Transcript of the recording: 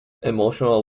emotional